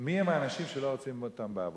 מיהם האנשים שלא רוצים אותם בעבודה.